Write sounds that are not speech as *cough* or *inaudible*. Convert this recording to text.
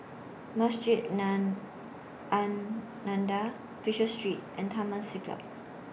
Masjid Nam An *unintelligible* Fisher Street and Taman Siglap